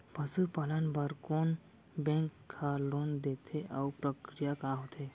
पसु पालन बर कोन बैंक ह लोन देथे अऊ प्रक्रिया का होथे?